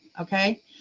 Okay